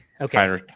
Okay